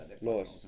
nice